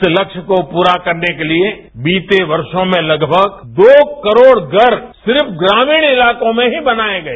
इस लक्ष्य को पूरो करने के लिए बीते ववॉं में लगभग दो करोड़ घर सिर्फ ग्रामीण इलाकों में ही बनाये गए